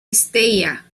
estella